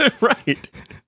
Right